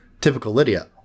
TypicalLydia